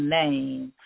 name